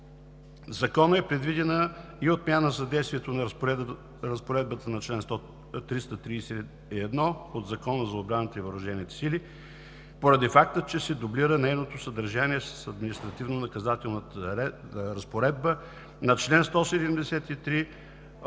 Законопроекта е предвидена и отмяна на действието на разпоредбата на чл. 331 от Закона за отбраната и въоръжените сили, поради факта че се дублира нейното съдържание с административно-наказателната разпоредба на чл. 173 от